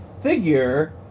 figure